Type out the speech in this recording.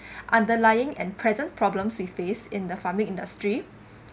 underlying and present problems we face in the farming industry